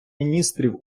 міністрів